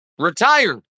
Retired